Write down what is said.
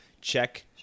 check